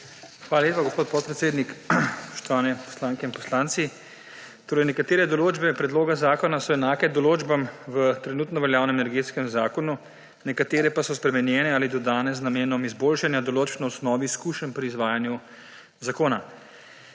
Hvala lepa, gospod podpredsednik. Spoštovani poslanke in poslanci! Torej, nekatere določbe predloga zakona so enake določbam v trenutno veljavnem Energetskem zakonu, nekatere pa so spremenjene ali dodane z namenom izboljšanja določb na osnovi izkušenj pri izvajanju zakona.